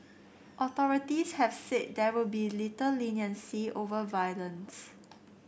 authorities have said there will be little leniency over violence